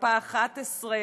מפה 11,